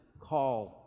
called